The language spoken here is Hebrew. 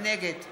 נגד